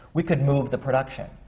we could move the production.